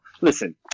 Listen